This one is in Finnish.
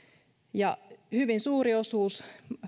hyvin suuri osuus